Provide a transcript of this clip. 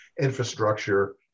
infrastructure